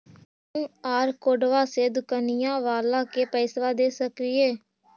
QR कोडबा से दुकनिया बाला के पैसा दे सक्रिय?